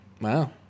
Wow